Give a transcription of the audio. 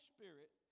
Spirit